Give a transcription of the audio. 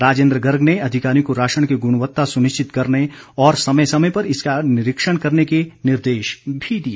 राजेंद्र गर्ग ने अधिकारियों को राशन की गुणवत्ता सुनिश्चित करने और समय समय पर इसका निरीक्षण करने के निर्देश भी दिए